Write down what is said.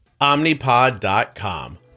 Omnipod.com